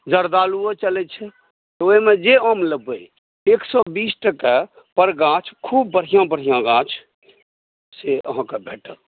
जर्दालुओ चलैत छै ओहिमे जे आम लेबै एक सए बीस टके पर गाछ खूब बढ़िआँ बढ़िआँ गाछ से अहाँकेँ भेटत